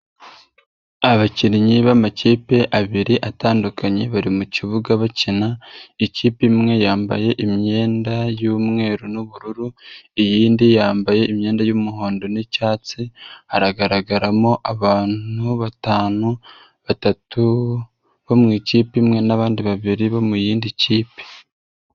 Abakinnyi b'amakipe abiri atandukanye bari mu kibuga bakina, ikipe imwe yambaye imyenda y'umweru n'ubururu, iyindi yambaye imyenda y'umuhondo n'icyatsi hagaragaramo abantu batanu, batatu bo mu ikipe imwe n'abandi babiri bo mu yindi kipe.